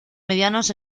medianos